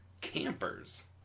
Campers